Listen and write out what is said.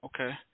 Okay